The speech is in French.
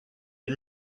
est